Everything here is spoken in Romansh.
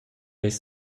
eis